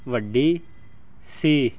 ਵੱਡੀ ਸੀ